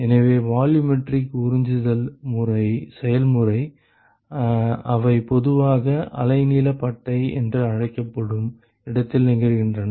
எனவே வால்யூமெட்ரிக் உறிஞ்சுதல் செயல்முறை அவை பொதுவாக அலைநீளப் பட்டை என்று அழைக்கப்படும் இடத்தில் நிகழ்கின்றன